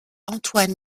antoine